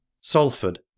Salford